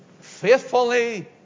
faithfully